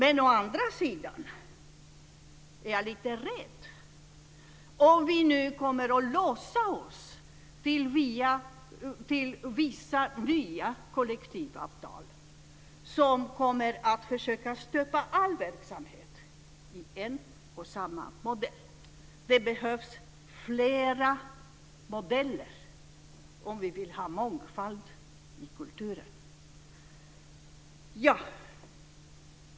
Men å andra sidan är jag lite rädd för att vi nu kommer att låsa fast oss till nya kollektivavtal som försöker att stöpa all verksamhet i en och samma form. Det behövs flera modeller om vi vill ha mångfald i kulturen.